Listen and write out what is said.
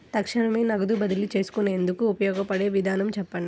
తక్షణమే నగదు బదిలీ చేసుకునేందుకు ఉపయోగపడే విధానము చెప్పండి?